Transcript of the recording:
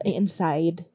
inside